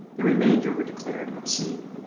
the remainder were declared obscene.